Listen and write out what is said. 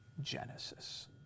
Genesis